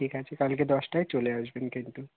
ঠিক আছে কালকে দশটায় চলে আসবেন কিন্তু